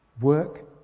work